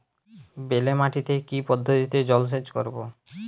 বেলে মাটিতে কি পদ্ধতিতে জলসেচ করব?